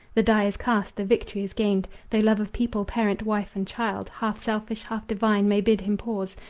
the die is cast, the victory is gained. though love of people, parent, wife and child, half selfish, half divine, may bid him pause,